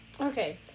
Okay